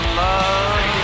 love